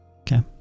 Okay